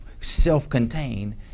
self-contained